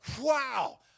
wow